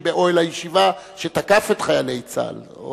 באוהל הישיבה שתקף את חיילי צה"ל.